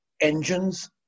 engines